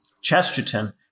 Chesterton